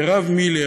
מירב מילר,